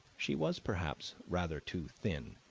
she was perhaps rather too thin,